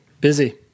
Busy